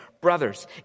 Brothers